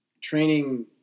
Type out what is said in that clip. Training